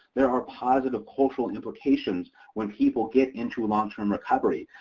there are positive cultural implications when people get into long-term recovery.